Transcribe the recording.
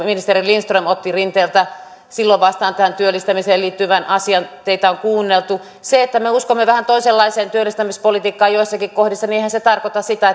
ministeri lindström otti rinteeltä vastaan tähän työllistämiseen liittyvän asian teitä on kuunneltu eihän se että me uskomme vähän toisenlaiseen työllistämispolitiikkaan joissakin kohdissa tarkoita sitä